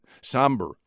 Somber